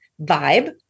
vibe